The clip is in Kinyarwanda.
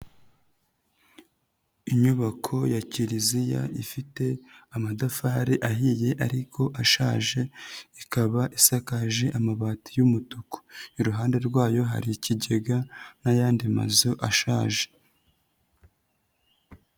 Inyubako ya kiriziya ifite amatafari ahiye ariko ashaje, ikaba isakaje amabati y'umutuku. iruhande rwayo hari ikigega n'ayandi mazu ashaje.